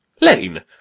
Lane